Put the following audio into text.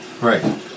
right